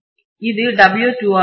இது W2 ஆக இருக்கும்